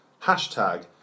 hashtag